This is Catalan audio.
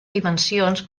dimensions